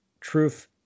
truth